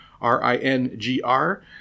R-I-N-G-R